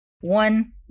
One